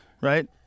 Right